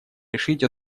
решить